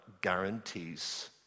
guarantees